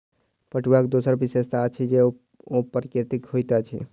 पटुआक दोसर विशेषता अछि जे ओ प्राकृतिक होइत अछि